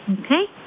okay